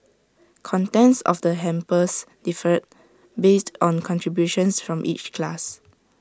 contents of the hampers differed based on contributions from each class